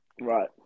Right